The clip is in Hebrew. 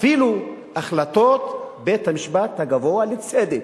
אפילו החלטות בית-המשפט הגבוה לצדק,